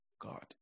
God